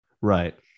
Right